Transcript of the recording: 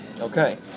Okay